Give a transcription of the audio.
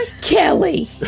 Kelly